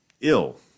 ill